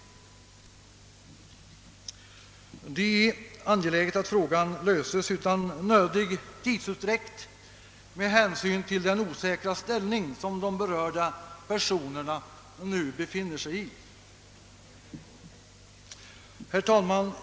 Det är angeläget att frågan löses utan tidsutdräkt med hänsyn till den osäkra ställning som de berörda personerna nu har. Herr talman!